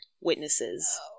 witnesses